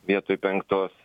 vietoj penktos